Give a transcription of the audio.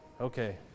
Okay